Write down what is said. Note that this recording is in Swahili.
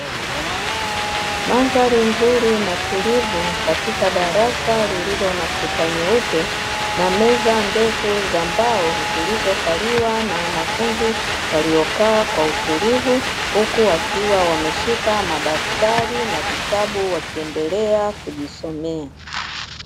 Mandhari nzuri na tulivu katika darasa lililo na kuta nyeupe na meza ndefu za mbao zilizokaliwa na wanafunzi waliokaa kwa utulivu, huku wakiwa wameshika madaftari na vitabu wakiendelea kujisomea.